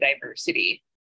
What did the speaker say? diversity